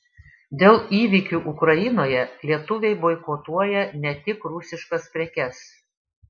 dėl įvykių ukrainoje lietuviai boikotuoja ne tik rusiškas prekes